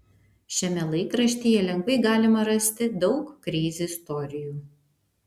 šiame laikraštyje lengvai galima rasti daug kreizi istorijų